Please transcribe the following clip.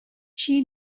she